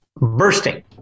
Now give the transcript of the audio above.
bursting